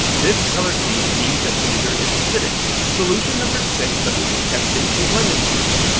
this colour change means that vinegar is acidic. solution number six that will be testing is lemon juice.